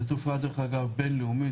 זאת תופעה דרך אגב בינלאומית,